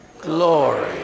glory